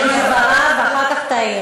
אני מבקשת לתת לשר להשלים את דבריו, ואחר כך תעיר.